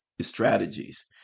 strategies